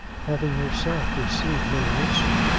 having herself received no answer,